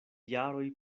jaroj